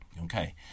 Okay